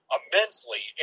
immensely